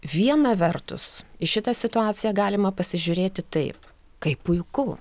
viena vertus į šitą situaciją galima pasižiūrėti taip kaip puiku